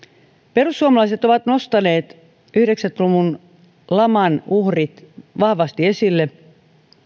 perussuomalaiset ovat nostaneet yhdeksänkymmentä luvun laman uhrit vahvasti esille